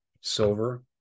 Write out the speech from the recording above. silver